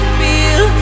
feel